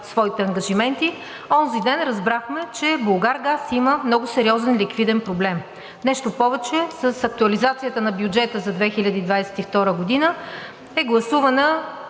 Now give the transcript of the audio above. своите ангажименти. Онзиден разбрахме, че „Булгаргаз“ има много сериозен ликвиден проблем, нещо повече, с актуализацията на бюджета за 2022 г. е гласувана